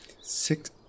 Six